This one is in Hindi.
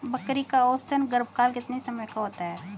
बकरी का औसतन गर्भकाल कितने समय का होता है?